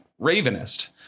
ravenist